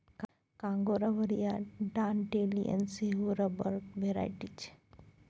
Congo rubber आ dandelion सेहो रबरक भेराइटी छै